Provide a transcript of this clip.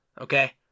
Okay